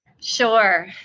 Sure